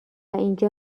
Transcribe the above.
اینجا